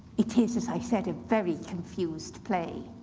it is, as i said, a very confused play,